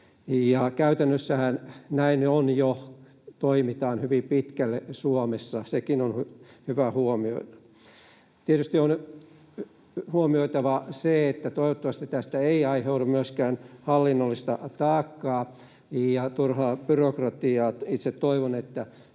Käytännössähän näin on jo, näin toimitaan hyvin pitkälle Suomessa. Sekin on hyvä huomioida. Tietysti on huomioitava se, että toivottavasti tästä ei aiheudu myöskään hallinnollista taakkaa ja turhaa byrokratiaa. Itse toivon, että